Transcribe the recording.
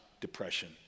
depression